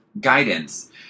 guidance